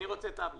לא.